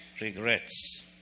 regrets